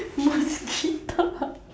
mosquito